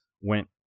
went